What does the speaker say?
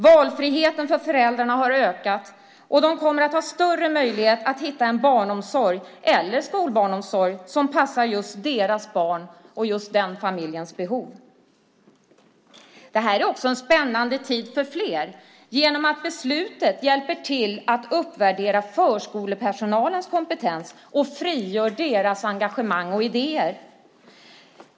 Valfriheten för föräldrarna har ökat, och de kommer att ha större möjlighet att hitta en barnomsorg eller skolbarnomsorg som passar just deras barn och familjens behov. Det är en spännande tid för flera genom att beslutet hjälper till att uppvärdera förskolepersonalens kompetens och frigör deras engagemang och idéer.